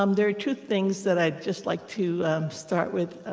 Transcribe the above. um there are two things that i'd just like to start with,